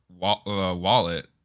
Wallet